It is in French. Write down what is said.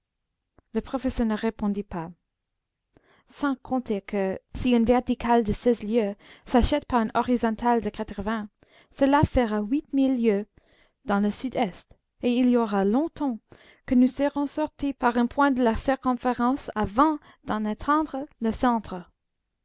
le professeur ne répondit pas sans compter que si une verticale de seize lieues s'achète par une horizontale de quatre-vingts cela fera huit mille lieues dans le sud-est et il y aura longtemps que nous serons sortis par un point de la circonférence avant d'en atteindre le centre